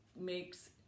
makes